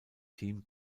team